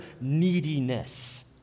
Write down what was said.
neediness